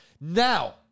Now